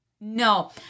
No